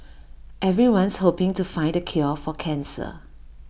everyone's hoping to find the cure for cancer